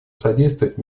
содействовать